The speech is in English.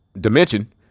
dimension